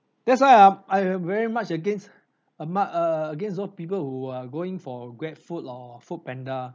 that's why I'm I'm very much against um I err against so people who are going for GrabFood or Foodpanda